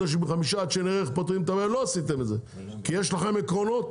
חודשים ולא עשיתם את זה כי יש לכם עקרונות,